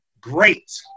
great